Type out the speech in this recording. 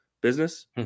business